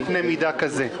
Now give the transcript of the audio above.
בקנה מידה כזה.